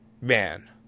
man